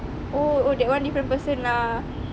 oh oh that one different person lah